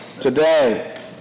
today